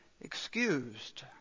excused